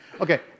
Okay